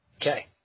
Okay